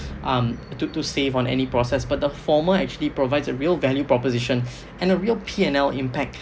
um to to save on any process but the former actually provides a real value proposition and a real P and L impact